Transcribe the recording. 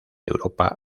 europa